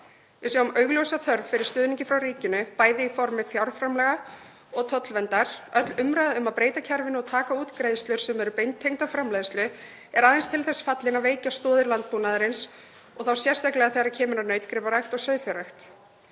Við sjáum augljósa þörf fyrir stuðning frá ríkinu bæði í formi framlaga og tollverndar. Öll umræða um að breyta kerfinu og taka út greiðslur sem eru beintengdar framleiðslu er aðeins til þess fallin að veikja stoðir landbúnaðarins og þá sérstaklega þegar kemur að nautgriparækt og sauðfjárrækt.